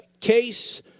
Case